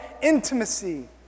intimacy